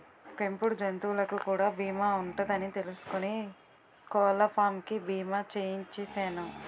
పెంపుడు జంతువులకు కూడా బీమా ఉంటదని తెలుసుకుని కోళ్ళపాం కి బీమా చేయించిసేను